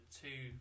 two